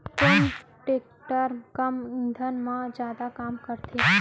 कोन टेकटर कम ईंधन मा जादा काम करथे?